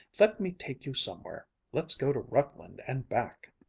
let me take you somewhere let's go to rutland and back.